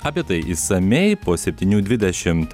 apie tai išsamiai po septynių dvidešimt